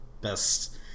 Best